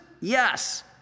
yes